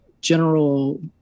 general